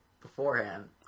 beforehand